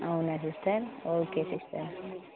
అవునా sister okay sister